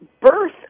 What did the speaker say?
birth